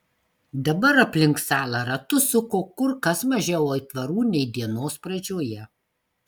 dabar aplink salą ratus suko kur kas mažiau aitvarų nei dienos pradžioje